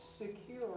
secure